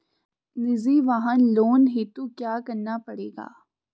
निजी वाहन लोन हेतु क्या करना पड़ेगा?